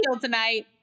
tonight